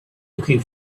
looking